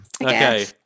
Okay